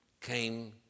came